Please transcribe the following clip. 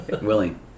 Willing